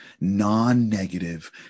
non-negative